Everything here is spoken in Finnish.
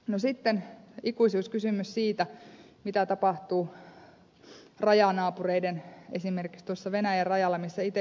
no sitten ikuisuuskysymys siitä mitä tapahtuu rajaseudulla esimerkiksi tuossa venäjän rajalla missä itsekin asun